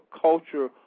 culture